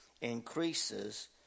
increases